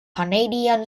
canadian